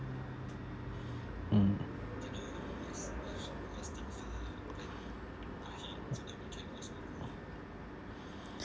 mm